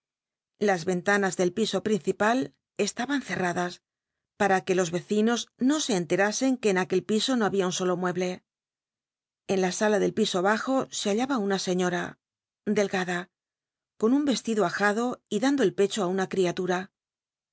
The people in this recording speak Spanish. las ventanas del piso lll'incipal cetradas para que los ccinos no se enlctasen que en aqu el piso no babia un solo mu eble en la sala del piso bajo se hallaba una seiiota delgada con un cslido ajado y dando el pecho ti una criatma